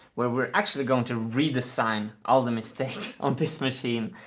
where we're actually going to redesign all the mistakes on this machine,